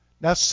Now